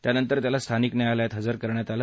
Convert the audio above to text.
त्यानंतर त्याला स्थानिक न्यायालयात हजर करण्यात आलं